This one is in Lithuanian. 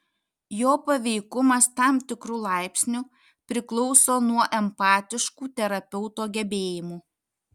jo paveikumas tam tikru laipsniu priklauso nuo empatiškų terapeuto gebėjimų